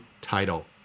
title